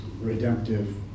redemptive